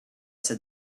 said